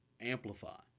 amplify